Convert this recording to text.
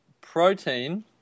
protein